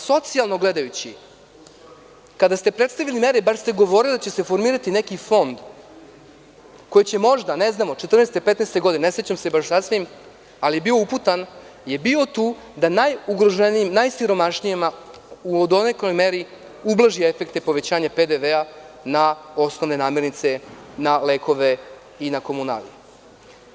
Socijalno gledajući, kada ste predstavili mere bar ste govorili da će se formirati neki fond koji će možda, ne znamo, 2014, 2015. godine ne sećam se baš sasvim, ali je bio uputan, je bio tu da najugroženijim, najsiromašnijima donekle, u meri ublaži efekte povećanja PDV, na osnovne namirnice, na lekove, na komunalije.